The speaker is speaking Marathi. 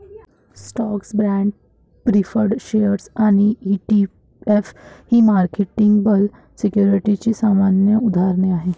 स्टॉक्स, बाँड्स, प्रीफर्ड शेअर्स आणि ई.टी.एफ ही मार्केटेबल सिक्युरिटीजची सामान्य उदाहरणे आहेत